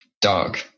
Dog